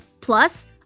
Plus